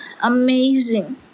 amazing